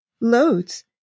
Loads